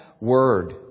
word